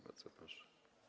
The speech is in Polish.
Bardzo proszę.